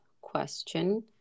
question